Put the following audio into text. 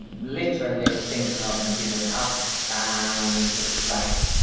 literally thinking of giving up and like,